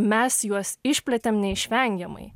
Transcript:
mes juos išplėtėm neišvengiamai